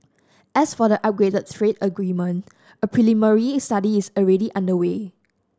as for the upgraded trade agreement a preliminary study is already underway